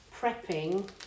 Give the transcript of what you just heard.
prepping